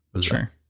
sure